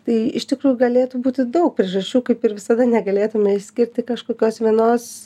tai iš tikrųjų galėtų būti daug priežasčių kaip ir visada negalėtume išskirti kažkokios vienos